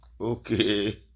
Okay